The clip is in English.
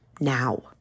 now